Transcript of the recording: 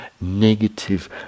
negative